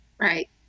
Right